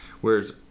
Whereas